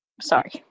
Sorry